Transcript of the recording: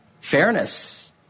fairness